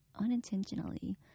unintentionally